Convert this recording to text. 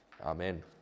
Amen